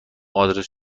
آدرس